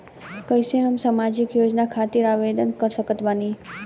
कैसे हम सामाजिक योजना खातिर आवेदन कर सकत बानी?